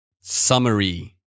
Summary